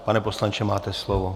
Pane poslanče, máte slovo.